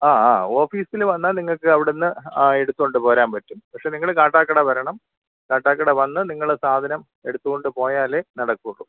ആ ആ ഓഫീസിൽ വന്നാൽ നിങ്ങൾക്ക് അവിടെ നിന്ന് ആ എടുത്തുകൊണ്ട് പോരാൻ പറ്റും പക്ഷെ നിങ്ങൾ കാട്ടാക്കട വരണം കാട്ടാക്കട വന്നു നിങ്ങൾ സാധനം എടുത്തുകൊണ്ട് പോയാലെ നടക്കുകയുള്ളു